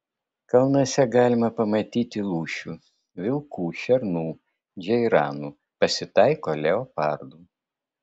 kalnuose galima pamatyti lūšių vilkų šernų džeiranų pasitaiko leopardų